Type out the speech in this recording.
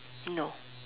no